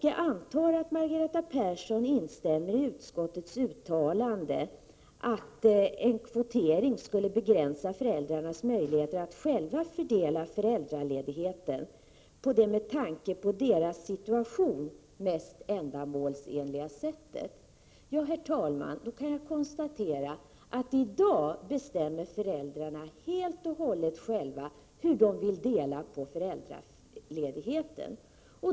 Jag antar att Margareta Persson instämmer i utskottets uttalande att en kvotering skulle begränsa föräldrarnas möjlighet att själva fördela föräldraledigheten på det med tanke på deras situation mest ändamålsenliga sättet. Herr talman! Då kan jag konstatera att i dag bestämmer föräldrarna helt och hållet själva hur de vill dela på föräldraledigheten.